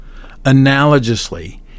Analogously